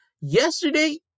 Yesterday